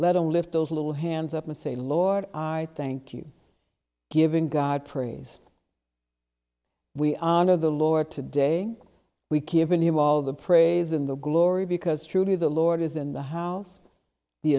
alone lift those little hands up and say lord i thank you giving god praise we honor the lord today we given him all the praise in the glory because truly the lord is in the house the